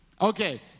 Okay